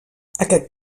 aquest